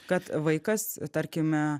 kad vaikas tarkime